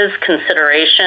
consideration